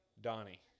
Donnie